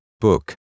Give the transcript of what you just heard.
book